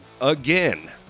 again